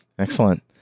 Excellent